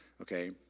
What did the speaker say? Okay